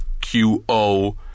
QO